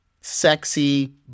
sexy